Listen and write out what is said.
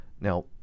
Now